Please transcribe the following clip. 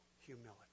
humility